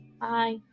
Bye